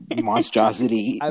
monstrosity